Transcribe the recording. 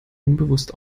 unbewusst